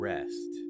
Rest